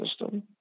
system